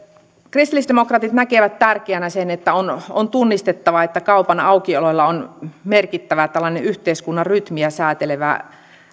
kristillisdemokraatit näkevät tärkeänä sen että on on tunnistettava että kaupan aukiololla on merkittävä tällainen yhteiskunnan rytmiä säätelevä